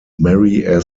mary